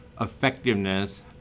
effectiveness